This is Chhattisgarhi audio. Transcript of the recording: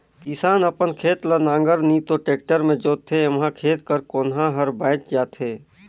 किसान अपन खेत ल नांगर नी तो टेक्टर मे जोतथे एम्हा खेत कर कोनहा हर बाएच जाथे